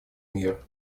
мир